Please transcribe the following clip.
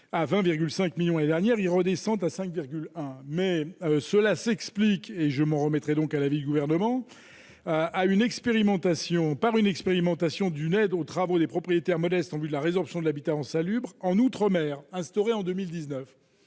à 20,5 millions et dernière ils redescendent à 5 1 mais cela s'explique et je m'en remettrai donc à l'avis du gouvernement à une expérimentation par une expérimentation d'une aide aux travaux les propriétaires modestes en vue de la résorption de l'habitat insalubre en Outre-mer, instauré en 2019,